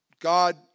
God